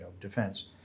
defense